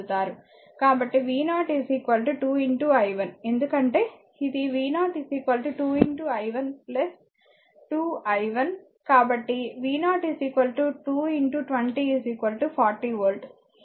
కాబట్టి v0 2 i 1 ఎందుకంటే ఇది v0 2 i 1 2 i 1